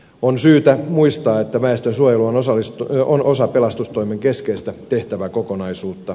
on syytä muistaa että väestönsuojelu on osa pelastustoimen keskeistä tehtäväkokonaisuutta